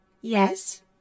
Yes